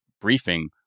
briefing